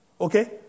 Okay